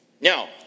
Now